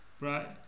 Right